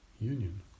union